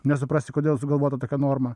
nesuprasi kodėl sugalvota tokia norma